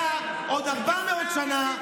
אתה עוד 400 שנה,